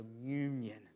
communion